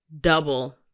double